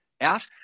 out